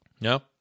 No